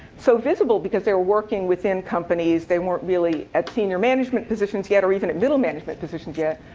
so visible because they were working within companies. they weren't really at senior management positions yet or even at middle management positions yet.